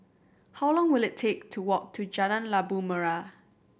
how long will it take to walk to Jalan Labu Merah